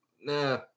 nah